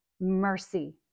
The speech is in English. mercy